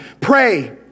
pray